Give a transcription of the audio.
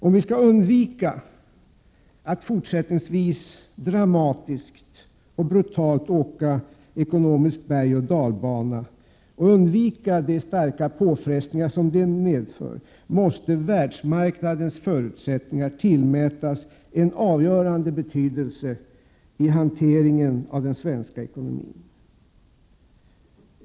Om vi skall undvika att fortsättningsvis dramatiskt och brutalt åka ekonomisk bergoch dalbana och undvika de starka påfrestningar som det medför, måste världsmarknadens förutsättningar tillmätas en avgörande betydelse i hanteringen av den svenska ekonomin.